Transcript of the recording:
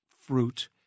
fruit